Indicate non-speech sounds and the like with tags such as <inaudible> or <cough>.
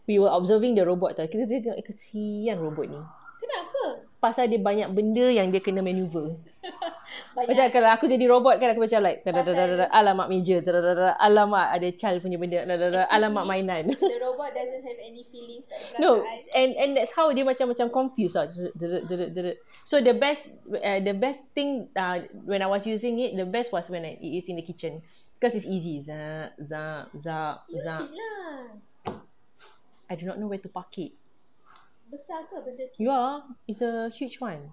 we were observing the robot [tau] kita cakap kesian robot ni pasal dia banyak benda yang dia kena manoeuvre macam kalau aku jadi robot kan aku macam like <noise> <noise> <noise> !alamak! meja <noise> !alamak! ada child punya benda <noise> !alamak! mainan no and and that's how dia macam macam confused ah <noise> <noise> so the best wai~ the best thing ah when I was using it the best was when it is in the kitchen cause it is easy <noise> <noise> <noise> I do not know where to park it ya it's a huge one